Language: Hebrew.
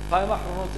אלפיים אחרונות,